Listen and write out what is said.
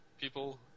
people